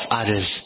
others